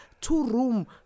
two-room